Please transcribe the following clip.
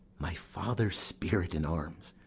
my father's spirit in arms!